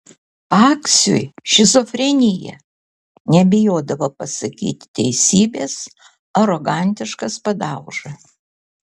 paksiui šizofrenija nebijodavo pasakyti teisybės arogantiškas padauža